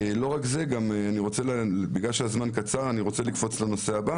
אני רוצה לקפוץ לנושא הבא